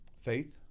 Faith